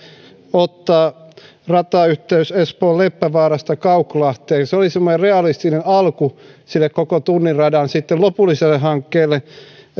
ottaa ratayhteys espoon leppävaarasta kauklahteen se olisi semmoinen realistinen alku sille koko tunnin radan lopulliselle hankkeelle